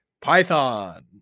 python